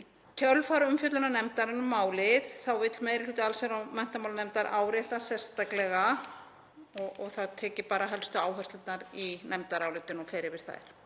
Í kjölfar umfjöllunar nefndarinnar um málið vill meiri hluti allsherjar- og menntamálanefndar árétta eftirfarandi sérstaklega og þar tek ég bara helstu áherslurnar í nefndarálitinu og fer yfir þær.